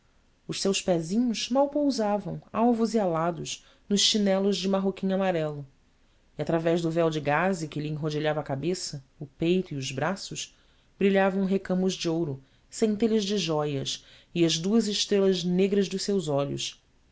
os seus pezinhos mal pousavam alvos e alados nos chinelos de marroquim amarelo e através do véu de gaze que lhe enrodilhava a cabeça o peito e os braços brilhavam recamos de ouro centelhas de jóias e as duas estrelas negras dos seus olhos